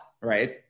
right